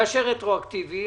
לאשר רטרואקטיבית.